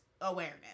awareness